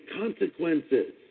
consequences